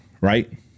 right